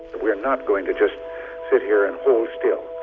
we are not going to just sit here and hold still.